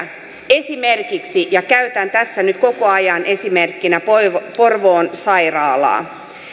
esimerkiksi ja käytän tässä nyt koko ajan esimerkkinä porvoon sairaalaa